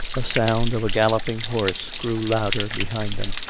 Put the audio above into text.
a sound of a galloping horse grew louder behind them,